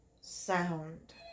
sound